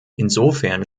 insofern